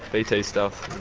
bt stealth.